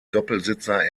doppelsitzer